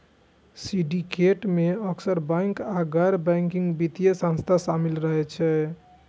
syndicate मे अक्सर bank आ गैर बैंकिंग वित्तीय संस्था शामिल रहै छै